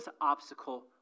obstacle